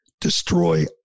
destroy